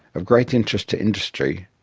of great interest to industry,